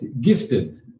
gifted